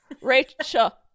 Rachel